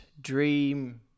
Dream